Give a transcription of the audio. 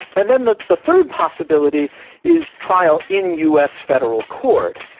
and then the the third possibility is trial in us federal court,